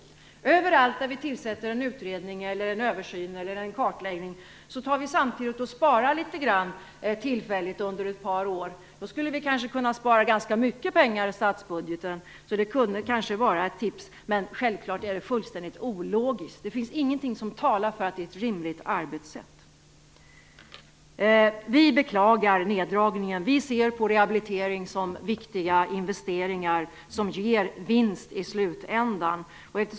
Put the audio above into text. Om vi överallt där en utredning tillsätts eller där en översyn eller kartläggning pågår samtidigt skulle spara litet grand tillfälligt under ett par år, då skulle vi kanske spara ganska mycket pengar i statsbudgeten. Detta kunde kanske vara ett tips, men självfallet är det fullständigt ologiskt. Det finns ingenting som talar för att det är ett rimligt arbetssätt. Vi beklagar neddragningen. Vi ser på rehabilitering som viktiga investeringar som leder till vinst i slutändan.